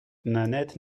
nanette